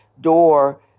door